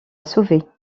sauver